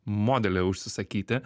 modelį užsisakyti